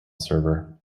server